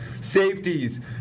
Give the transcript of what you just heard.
safeties